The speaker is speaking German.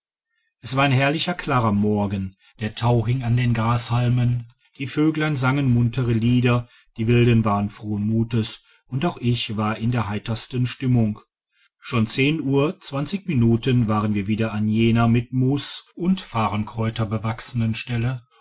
es war ein herrlicher klarer morgen der tau hing an den grashalmen die vöglein sangen muntere lieder die wilden waren frohen mutes und auch ich war in der heitersten stimmung schon zehn uhr minuten waren wir wieder an jener mit moos und farrenkräuter bewachsenen stelle